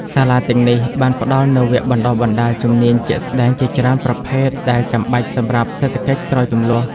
សាលាទាំងនេះបានផ្តល់នូវវគ្គបណ្តុះបណ្តាលជំនាញជាក់ស្តែងជាច្រើនប្រភេទដែលចាំបាច់សម្រាប់សេដ្ឋកិច្ចក្រោយជម្លោះ។